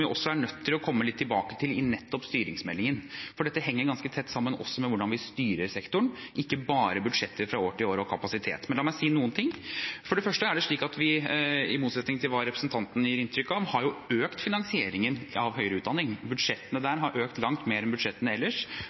vi også er nødt til å komme litt tilbake til nettopp i styringsmeldingen, for dette henger også ganske tett sammen med hvordan vi styrer sektoren, ikke bare budsjetter fra år til år og kapasitet. Men la meg si noen ting. For det første er det slik at vi, i motsetning til hva representanten gir inntrykk av, har økt finansieringen av høyere utdanning. Budsjettene der har økt langt mer enn budsjettene ellers.